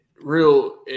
real